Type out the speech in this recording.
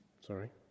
Sorry